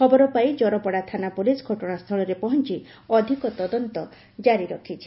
ଖବର ପାଇ ଜରପଡ଼ା ଥାନା ପୋଲିସ ଘଟଶାସ୍ସଳରେ ପହଞ୍ ଅଧିକ ତଦନ୍ତ କାରୀ ରଖିଛି